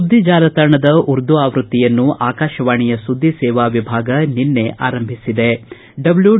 ಸುದ್ದಿ ಜಾಲತಾಣದ ಉರ್ದು ಆವೃತಿಯನ್ನು ಆಕಾಶವಾಣಿಯ ಸುದ್ದಿ ಸೇವಾ ವಿಭಾಗ ನಿನ್ನೆ ಆರಂಭಿಸಿತು